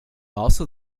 also